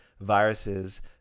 viruses